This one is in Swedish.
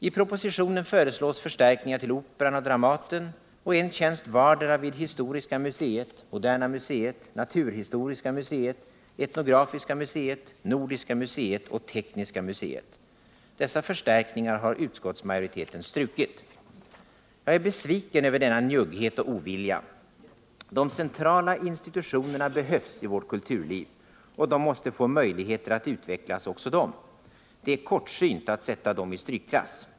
I propositionen föreslås förstärkningar till Operan och Dramaten och en tjänst vardera till Historiska museet, Moderna museet, Naturhistoriska museet, Etnografiska museet, Nordiska museet och Tekniska museet. Dessa förstärkningar har utskottsmajoriteten strukit. Jag är besviken över denna njugghet och ovilja. De centrala institutionerna behövs i vårt kulturliv, och de måste få möjligheter att utvecklas — också de. Det är kortsynt att sätta dem i strykklass.